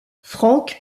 frank